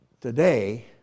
Today